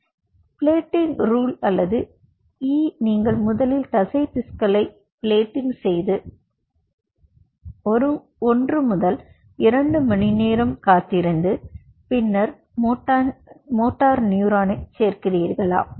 எனவே plating rule அல்லது E நீங்கள் முதலில் தசை திஸ்ஸுகளை பிளாட்டிங் செய்து 1 முதல் 2 மணி நேரம் காத்திருந்து பின்னர் மோட்டார் நியூரானைச் சேர்க்கிறீர்களா